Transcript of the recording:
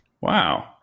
Wow